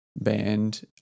band